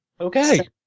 Okay